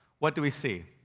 what do we see?